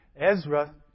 Ezra